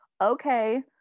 okay